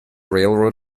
railroad